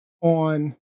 on